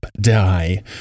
die